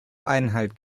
einhalt